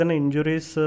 injuries